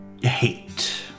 hate